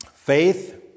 Faith